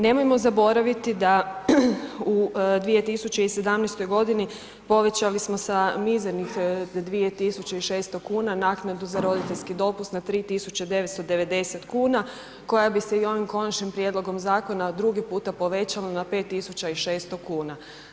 Nemojmo zaboraviti da u 2017.g. povećali smo sa mizernih 2.600,00 kn naknadu za roditeljski dopust na 3.990,00 kn koja bi se i ovim konačnim prijedlogom zakona drugi puta povećala na 5.600,00 kn.